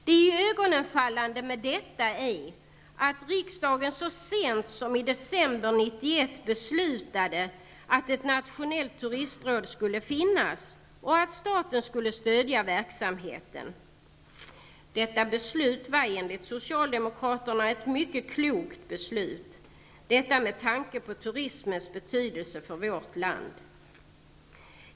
Det iögonenfallande med detta är att riksdagen så sent som i december 1991 beslutade att ett nationellt turistråd skulle finnas och att staten skulle stödja verksamheten. Detta beslut var enligt Socialdemokraterna mycket klokt, med tanke på turismens betydelse för vårt land.